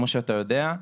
כל מה שאתה יודע.